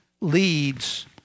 leads